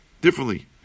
differently